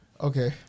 Okay